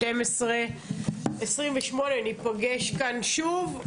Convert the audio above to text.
בשעה 12:28 ניפגש כאן שוב,